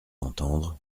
entendre